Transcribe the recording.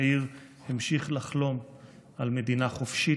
יאיר המשיך לחלום על מדינה חופשית,